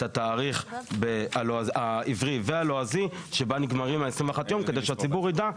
את התאריך העברי והלועזי שבהם נגמרים 21 הימים כדי שהציבור ידע,